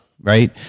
right